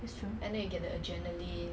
school got 球 meh